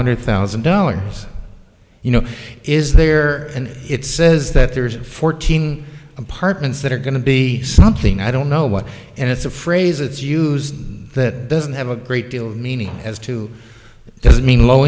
hundred thousand dollars you know is there and it says that there's fourteen apartments that are going to be something i don't know what and it's a phrase it's used that doesn't have a great deal of meaning as to doesn't mean low